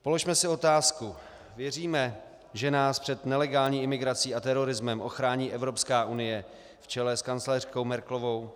Položme si otázku: Věříme, že nás před nelegální imigrací a terorismem ochrání Evropská unie v čele s kancléřkou Merkelovou?